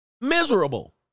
miserable